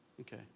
Okay